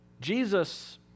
Jesus